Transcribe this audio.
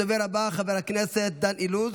הדובר הבא, חבר הכנסת דן אילוז,